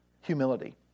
humility